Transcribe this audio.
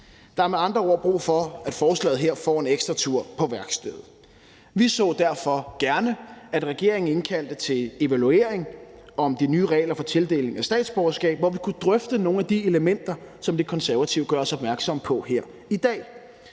Der er med andre ord brug for, at forslaget her får en ekstra tur på værkstedet. Vi så derfor gerne, at regeringen indkaldte til evaluering om de nye regler for tildeling af statsborgerskab, hvor vi kunne drøfte nogle af de elementer, som De Konservative gør os opmærksom på her i dag.